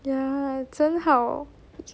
ya 真好